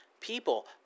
people